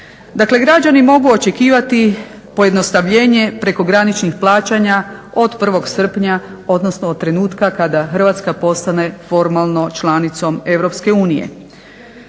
Dakle građani mogu očekivati pojednostavljenje prekograničnih plaćanja od 1.srpnja odnosno od trenutka kada Hrvatska postane formalno članicom EU.